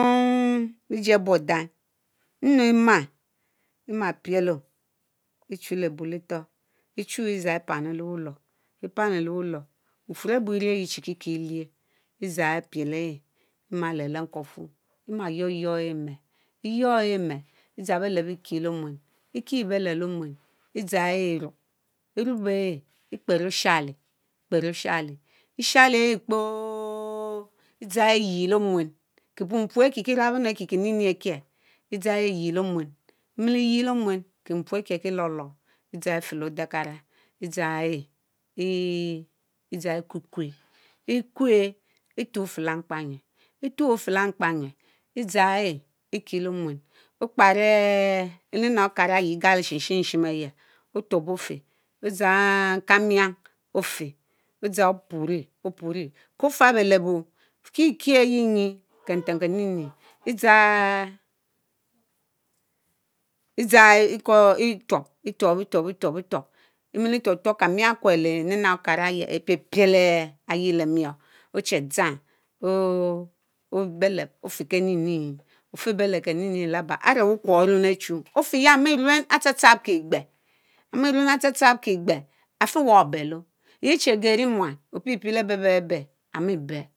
Lejie Abuo Dam Ennu éma imma pieto Echulebuletor échu ipani leh bulor bufurr ebu erie yie chi kikie éueh edzang epiel ehh immalen leeh nkwurfu imma youryurr ehh Emmeli Eyuori ehk emmel Edzam beleb Ekier lé omunne, Ekie beleb le-omueni edzowg ehh erope, erope ehh ekpero Eshamply yiee le Omunne Kie puprr akier kie lolor, ruably en anettie Keminm akier edzoung Kie par purs enh Eyie akier Le omunne kie Lolor, edzang fele Edekara edgang enn ikukuceh, ikuehr Etuom ifele-mkpamquerr, Etuorr feleh mkparmer edzang elih Ekieléè Omnune Okparr Imens Okara ayie ikalie Shimerinin ehh on tuop ofeni odang kamir efch, odang Opuri, kofan beleboo kiekier the Emyi Ken-nten kerini Epang ehh khhi edgang etnop etiop etuop, etnop efuop, imiletuop tuop kemir ekue léé mens Okars eyeah Epielpier eyine lé Muorr ofschedgone belek Ofire kenini yea Laba are bequous anonyừng ăné chy ofveya are ma Kizabl at sap+Sap atsaptsap e Kieqbe, afiewa obeló yehh Chi are geh rea muan; leberberr berr aga áremi béll.